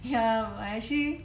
ya I'm actually